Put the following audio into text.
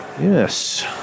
yes